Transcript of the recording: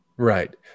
Right